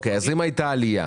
אם הייתה עלייה